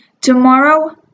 tomorrow